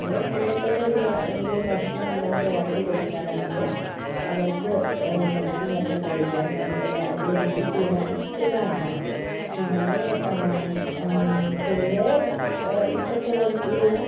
നമ്മൾ സ്നേഹത്തോടെ ഒരു ഒരു ഭക്ഷണം ഉണ്ടാക്കി ഒരാൾക്ക് കൊടുത്താൽ അതിൽ അവർക്ക് മനസ്സ് നിറഞ്ഞ് കഴിക്കാനും അതുപോലെ അതിലെ രുചി കൂടാനും ഒരു കാരണമാണ് പിന്നേ പൊതുവേ ഇപ്പോഴത്തേ പോലെയുള്ള